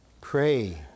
Pray